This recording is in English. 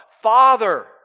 Father